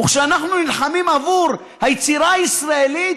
וכשאנחנו נלחמים עבור היצירה הישראלית,